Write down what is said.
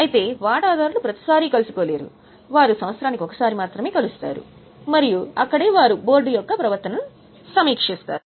అయితే వాటాదారులు ప్రతిసారీ కలుసుకోలేరు వారు సంవత్సరానికి ఒకసారి మాత్రమే కలుస్తారు మరియు అక్కడే వారు బోర్డు యొక్క ప్రవర్తనను సమీక్షిస్తారు